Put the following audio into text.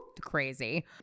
Crazy